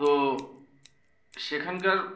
তো সেখানকার